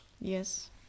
yes